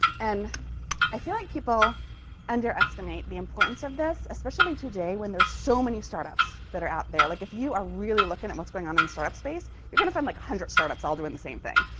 and i feel like people underestimate the importance of this especially today, when there's so many startups that are out there. like if you are really looking at what's going on in the startup space, you're going to find one like hundred startups all doing the same thing.